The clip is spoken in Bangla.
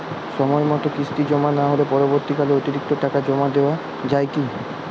সময় মতো কিস্তি জমা না হলে পরবর্তীকালে অতিরিক্ত টাকা জমা দেওয়া য়ায় কি?